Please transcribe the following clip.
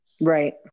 right